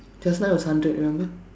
just now was hundred remember